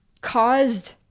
caused